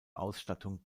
ausstattung